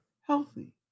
healthy